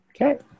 Okay